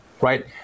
right